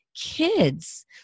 kids